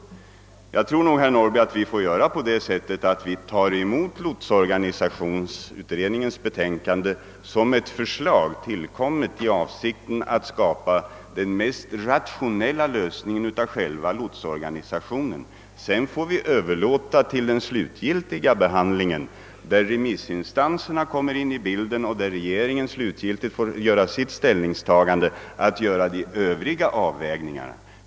Jag tror nog, herr Norrby, att vi får betrakta lotsorganisationsutredningens betänkande som ett förslag tillkommet i avsikt att skapa den mest rationella lösningen av själva lotsorganisationen. Sedan får vi efter remissinstansernas hörande överlåta den slutgiltiga behandlingen av förslagen till regering och riksdag, som får göra de nödvändiga avvägningarna.